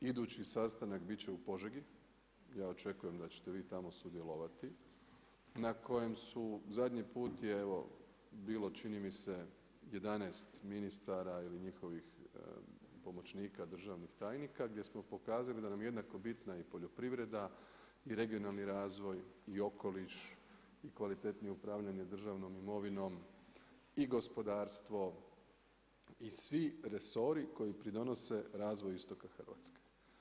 Idući sastanak biti će u Požegi, ja očekujem da ćete vi tamo sudjelovati na kojem su, zadnji put je evo bilo čini mi se 11 ministara ili njihovih pomoćnika, državnih tajnika, gdje smo pokazali da nam je jednako bitna i poljoprivreda i regionalni razvoj i okoliš i kvalitetnije upravljanje državnom imovino i gospodarstvo i svi resori koji pridonose razvoju istoka Hrvatske.